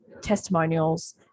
testimonials